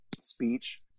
speech